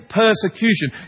persecution